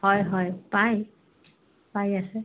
হয় হয় পায় পাই আছে